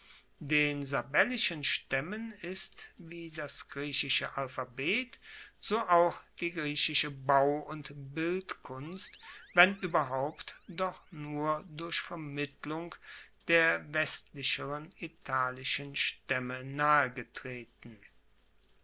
den sabellischen staemmen ist wie das griechische alphabet so auch die griechische bau und bildkunst wenn ueberhaupt doch nur durch vermittlung der westlicheren italischen staemme